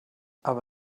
aber